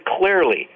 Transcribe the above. clearly